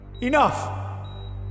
Enough